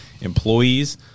employees